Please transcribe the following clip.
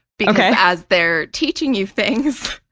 because as they're teaching you things,